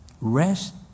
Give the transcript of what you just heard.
Rest